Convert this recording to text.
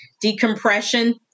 decompression